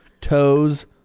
toes